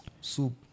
soup